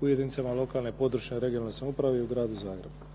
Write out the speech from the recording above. u jedinicama lokalne i područne (regionalne samouprave) i u Gradu Zagrebu.